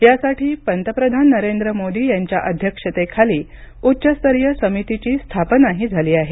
यासाठी पंतप्रधान नरेंद्र मोदी यांच्या अध्यक्षतेखाली उच्चस्तरीय समितीची स्थापनाही झाली आहे